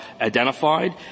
identified